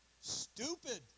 stupid